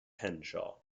henshaw